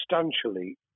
substantially